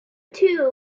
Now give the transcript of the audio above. two